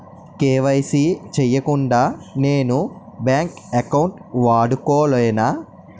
KYC చేయకుండా నేను bank account వాడుకొలేన?